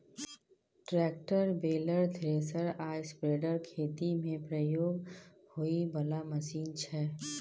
tractor, baler, thresher आ spreader खेती मे प्रयोग होइ बला मशीन छै